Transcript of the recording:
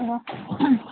hello